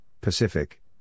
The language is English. Pacific